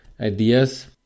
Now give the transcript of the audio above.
ideas